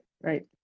right